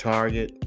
Target